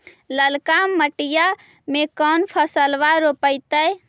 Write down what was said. ललका मटीया मे कोन फलबा रोपयतय?